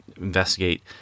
investigate